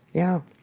yeah,